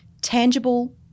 tangible